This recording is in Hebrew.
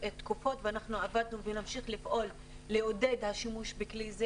ואנחנו עבדנו ונמשיך לפעול לעודד את השימוש בכלי זה,